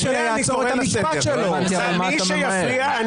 והמחליף שלה יעצור את --- מי שיפריע,